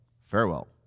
Farewell